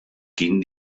quin